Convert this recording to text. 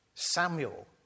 Samuel